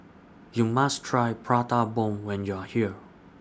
YOU must Try Prata Bomb when YOU Are here